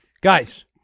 guys